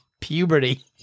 Puberty